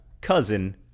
cousin